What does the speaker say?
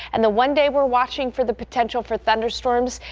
and the one day we're watching for the potential for thunderstorms.